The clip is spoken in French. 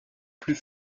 plus